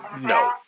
No